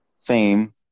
fame